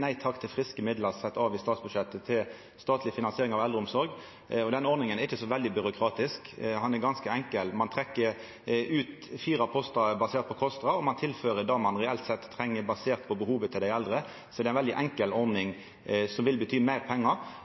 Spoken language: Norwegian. nei takk til friske midlar som er sette av i statsbudsjettet til statleg finansiering av eldreomsorg. Og den ordninga er ikkje så veldig byråkratisk; ho er ganske enkel. Ein trekkjer ut fire postar baserte på KOSTRA, og ein tilfører det ein reelt sett treng, basert på behovet til dei eldre. Så det er ei veldig enkel ordning, som vil bety meir pengar,